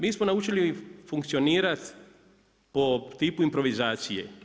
Mi smo naučili funkcionirati po tipu improvizacije.